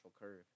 curve